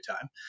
time